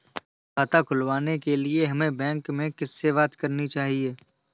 खाता खुलवाने के लिए हमें बैंक में किससे बात करनी चाहिए?